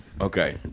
okay